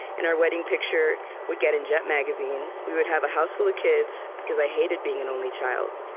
and our wedding picture would get in jet magazine. we would have a houseful of kids, because i hated being an only child.